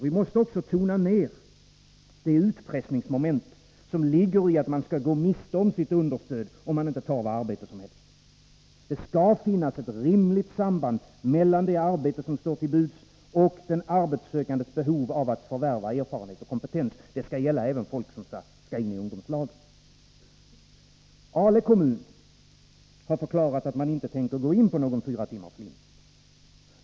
Vi måste också tona ner det utpressningsmoment som ligger i att man skall gå miste om sitt understöd om man inte tar vilket arbete som helst. Det skall finnas ett rimligt samband mellan det arbete som står till buds och den arbetssökandes behov av att förvärva erfarenhet och kompetens. Detta skall även gälla dem som skall in i ungdomslagen. Ale kommun har förklarat att man inte tänker gå in på någon fyratimmarslinje.